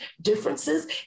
differences